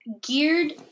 geared